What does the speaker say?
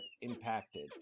impacted